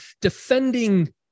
defending